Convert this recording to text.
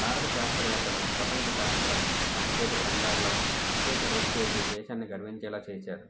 భారత శాస్త్రవేత్తలు ప్రపంచ శాస్త్ర సాంకేతిక రంగాల్లో విశేష కృషి చేసి దేశాన్ని గర్వించేలా చేశారు